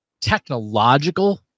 technological